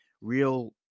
real